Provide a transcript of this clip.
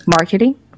Marketing